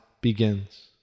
begins